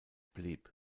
blieb